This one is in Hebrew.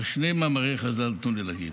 אבל שני מאמרי חז"ל תנו לי להגיד.